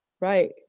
Right